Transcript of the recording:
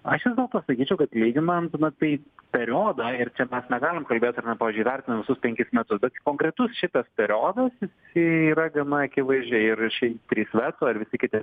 aš vis dėlto sakyčiau kad lyginant na tai periodą ir čia mes negalim kalbėt ar ne pavyzdžiui vertinam visus penkis metus bet konkretus šitas periodas jisai yra gana akivaizdžiai ir šiaip trys veto ir visi kiti